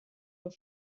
your